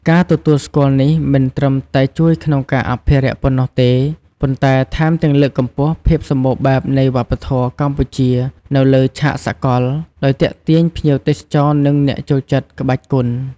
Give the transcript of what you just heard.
ការទទួលស្គាល់នេះមិនត្រឹមតែជួយក្នុងការអភិរក្សប៉ុណ្ណោះទេ ប៉ុន្តែថែមទាំងលើកកម្ពស់ភាពសម្បូរបែបនៃវប្បធម៌កម្ពុជានៅលើឆាកសកល ដោយទាក់ទាញភ្ញៀវទេសចរ និងអ្នកចូលចិត្តក្បាច់គុន។